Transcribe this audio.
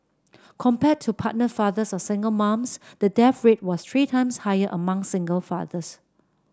compared to partnered fathers or single moms the death rate was three times higher among single fathers